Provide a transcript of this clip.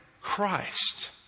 Christ